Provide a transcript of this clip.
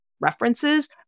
references